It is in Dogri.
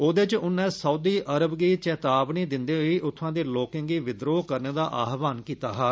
ओदे च उन्नै सउदी अरब गी चेतावनी दिंदे होई उत्थुआं दे लोकें गी विद्रोह करने दा आह्वान कीता हा